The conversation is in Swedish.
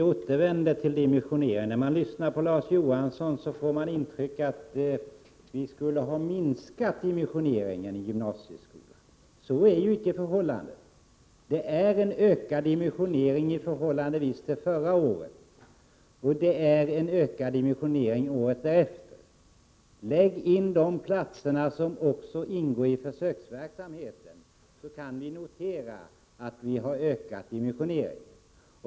Herr talman! När man lyssnar till Larz Johansson får man intrycket att vi skulle ha minskat dimensioneringen i gymnasieskolan. Så förhåller det sig icke. Det är fråga om en ökad dimensionering i förhållande till förra året och om en ökning året därefter. Räknar man dessutom in de platser som ingår i försöksverksamheten, kan man också notera att vi har ökat dimensioneringen.